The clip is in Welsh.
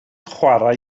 chwarae